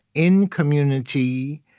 in community,